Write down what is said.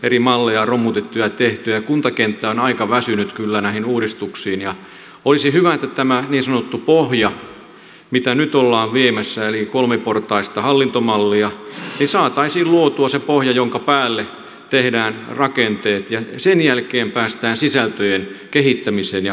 eri malleja on romutettu ja tehty ja kuntakenttä on aika väsynyt kyllä näihin uudistuksiin ja olisi hyvä että tämä niin sanottu pohja mitä nyt ollaan viemässä eli kolmiportainen hallintomalli saataisiin luotua se pohja jonka päälle tehdään rakenteet ja sen jälkeen päästään sisältöjen kehittämiseen ja parantamiseen